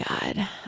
God